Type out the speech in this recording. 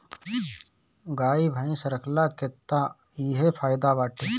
गाई भइस रखला के तअ इहे फायदा बाटे